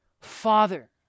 Father